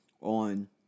on